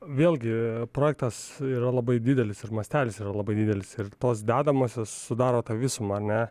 vėlgi projektas yra labai didelis ir mastelis yra labai didelis ir tos dedamosios sudaro tą visumą ne